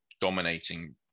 dominating